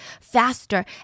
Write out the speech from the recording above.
faster